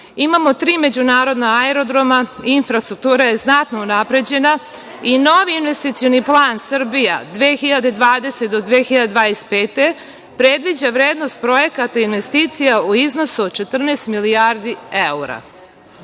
Imamo tri međunarodna aerodroma, infrastruktura je znatno unapređena i novi investicioni plan „Srbija 2020-2025.“ predviđa vrednost projekata investicija u iznosu od 14 milijardi evra.Za